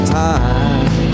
time